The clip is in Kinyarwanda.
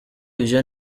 ivyo